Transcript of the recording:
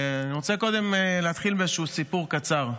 אני רוצה קודם להתחיל באיזשהו סיפור קצר.